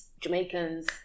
Jamaicans